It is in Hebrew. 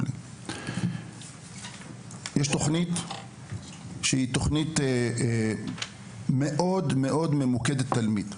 יש תוכנית שהיא תוכנית מאוד ממוקדת תלמיד.